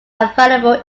available